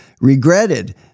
regretted